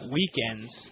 weekends